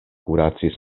kuracis